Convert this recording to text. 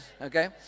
okay